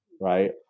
right